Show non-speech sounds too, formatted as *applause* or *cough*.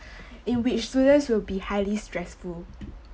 *breath* in which students will be highly stressful